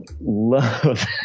Love